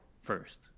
first